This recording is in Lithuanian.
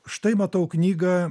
štai matau knygą